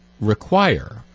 require